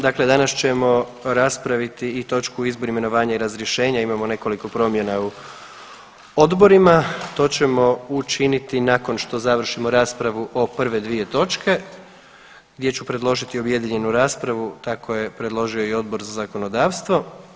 Dakle, danas ćemo raspraviti i točku Izbor, imenovanja i razrješenja, imamo nekoliko promjena u odborima, to ćemo učiniti nakon što završimo raspravu o prve dvije točke gdje ću predložiti objedinjenu raspravu, tako je predložio i Odbor za zakonodavstvo.